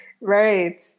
Right